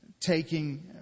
taking